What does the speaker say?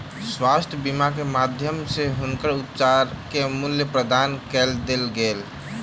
स्वास्थ्य बीमा के माध्यम सॅ हुनकर उपचारक मूल्य प्रदान कय देल गेल